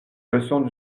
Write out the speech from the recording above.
leçons